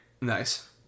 Nice